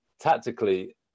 tactically